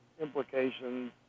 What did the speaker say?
implications